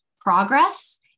progress